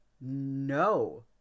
no